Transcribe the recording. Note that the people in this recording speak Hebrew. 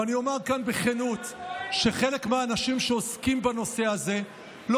ואני אומר כאן בכנות שחלק מהאנשים שעוסקים בנושא הזה לא